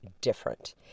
different